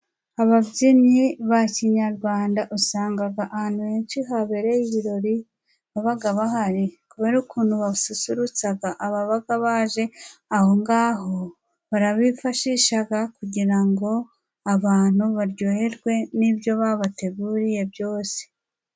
Ababyinnyi ba kinyarwanda usanga ahantu henshi habereye ibirori baba bahari. Kubera ukuntu basusurutsa ababa baje aho ngaho, barabifashisha kugira ngo abantu baryoherwe n'ibyo babateguriye byose.